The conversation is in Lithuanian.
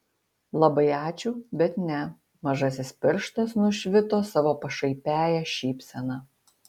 labai ačiū bet ne mažasis pirštas nušvito savo pašaipiąja šypsena